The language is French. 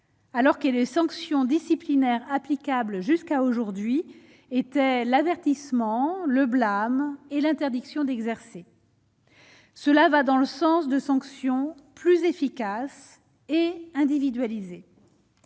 alors que les sanctions disciplinaires applicables jusqu'à aujourd'hui était l'avertissement, le blâme et l'interdiction d'exercer. Cela va dans le sens de sanctions plus efficace et individualisée.